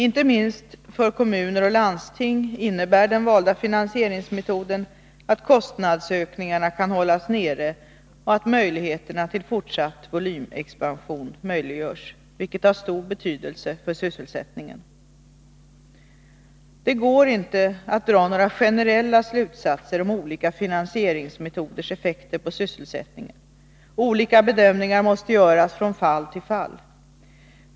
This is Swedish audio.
Inte minst för kommuner och landsting innebär den valda finansieringsmetoden att kostnadsökningarna kan hållas nere och att möjligheterna till fortsatt - Nr 153 volymexpansion möjliggörs, vilket har stor betydelse för sysselsättningen. Tisdagen den Det går inte att dra några generella slutsatser om olika finansieringsme 24 maj 1983 toders effekter på sysselsättningen. Olika bedömningar måste göras från fall till fall.